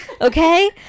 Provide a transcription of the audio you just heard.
okay